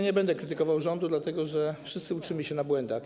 Nie będę krytykował rządu, dlatego że wszyscy uczymy się na błędach.